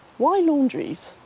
why laundries?